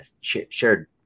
shared